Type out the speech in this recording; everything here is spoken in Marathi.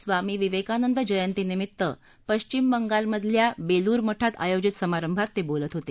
स्वामी विवेकानंद जयंतीनिमित्त पश्विम बंगालमधल्या बेलूर मठात आयोजित समारंभात ते बोलत होते